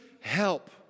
help